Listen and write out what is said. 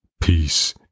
Peace